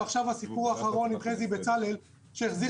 ועכשיו הסיפור האחרון עם חזי בצלאל שהחזיר